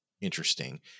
interesting